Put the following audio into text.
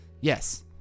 Yes